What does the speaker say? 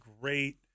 great